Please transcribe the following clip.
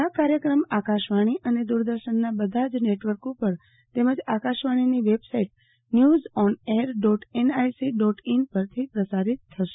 આ કાર્યક્રમ આકાશવાણી અને દુરદર્શનના બધા જ નેટવર્ક ઉપર તેમજ આકાશવાણીની website news on air dot N I C dot in પરથી પણ પ્રસારીત થશે